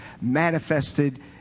manifested